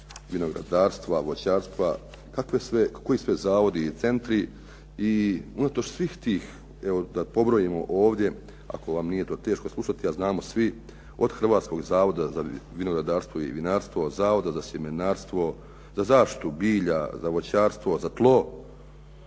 vinogradarstva, voćarstva. Kakve sve koji zavodi i centri i unatoč svih tih, evo da pobrojimo ovdje ako vam to nije teško slušati, a znamo svi, od Hrvatskog zavoda za vinogradarstvo i vinarstvo, Zavoda za sjemenarstvo, za zaštitu bilja, za voćarstvo, za tlo,